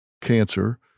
cancer